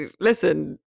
listen